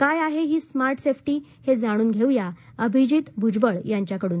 काय आहे ही स्मार्ट सेफ्टी हे जाणून घेऊ अभिजित भूजबळ यांच्याकडून